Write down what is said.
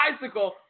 bicycle